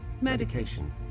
medication